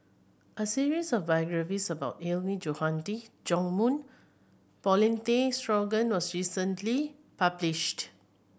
a series of biographies about Hilmi Johandi Yong Mun Paulin Tay Straughan was recently published